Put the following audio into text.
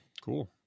Cool